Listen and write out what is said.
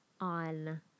on